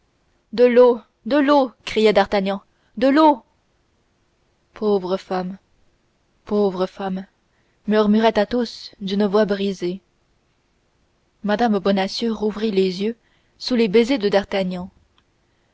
de l'eau de l'eau criait d'artagnan de l'eau pauvre femme pauvre femme murmurait athos d'une voix brisée mme bonacieux rouvrit les yeux sous les baisers de d'artagnan